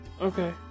Okay